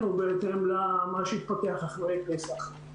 בהתאם למה שיתפתח אחרי פסח.